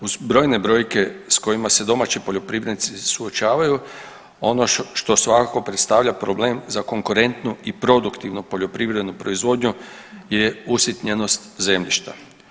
Uz brojne brojke s kojima se domaći poljoprivrednici suočavaju ono što svakako predstavlja problem za konkurentnu i produktivnu poljoprivrednu proizvodnju je usitnjenost zemljišta.